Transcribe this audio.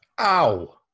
Ow